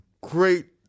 great